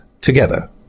together